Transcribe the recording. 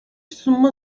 sunma